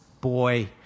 Boy